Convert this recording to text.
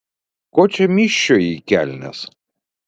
ko čia myžčioji į kelnes